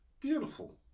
beautiful